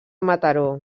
mataró